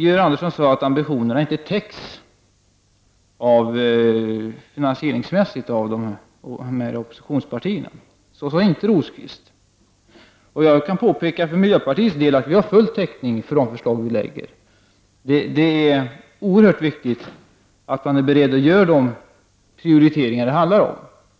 Georg Andersson sade att ambitionerna inte täcks finansieringsmässigt av oppositionspartierna. Så sade inte Birger Rosqvist. Jag kan för miljöpartiets del påpeka att vi har full täckning för de förslag vi lägger fram. Det är oerhört viktigt att man är beredd att göra de prioriteringar det handlar om.